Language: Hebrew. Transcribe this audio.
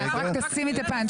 רק תשימי את הפאנץ',